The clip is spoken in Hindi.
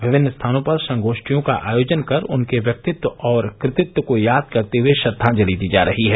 विभिन्न स्थानों पर संगोष्ठियों का आयोजन कर उनके व्यक्तित्व और कृतित्व को याद करते हुये श्रद्वांजलि दी जा रही है